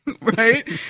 Right